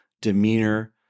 demeanor